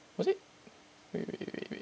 was it wait wait wait wait